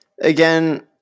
again